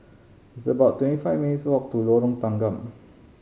it's about twenty five minutes' walk to Lorong Tanggam